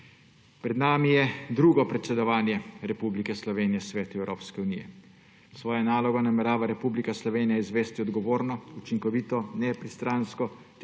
Pred nami je drugo predsedovanje Republike Slovenije Svetu Evropske unije. Svojo nalogo namerava Republika Slovenija izvesti odgovorno, učinkovito, nepristransko